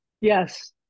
Yes